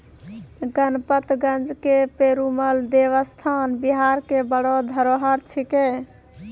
गणपतगंज के पेरूमल देवस्थान बिहार के बड़ो धरोहर छिकै